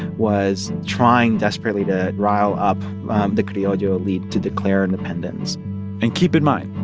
was trying desperately to rile up the criollo elite to declare independence and keep in mind,